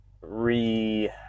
re